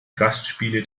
gastspiele